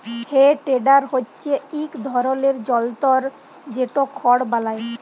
হে টেডার হচ্যে ইক ধরলের জলতর যেট খড় বলায়